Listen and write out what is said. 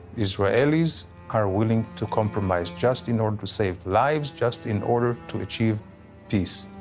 israelis are willing to compromise just in order to save lives, just in order to achieve peace.